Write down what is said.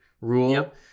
rule